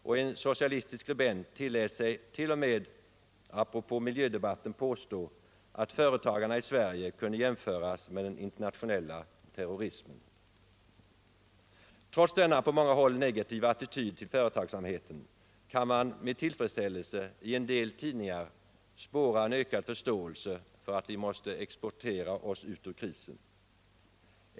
Apropå miljödebatten tillät sig en socialistisk skribent t.o.m. att påstå att företagarna i Sverige kunde jämföras med den internationella terrorismen! | Trots denna på många håll negativa attityd gentemot företagsamheten kan man med tillfredsställelse i en del tidningar spåra en ökad förståelse för att vi måste exportera oss ut ur krisen.